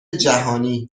جهانی